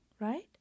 right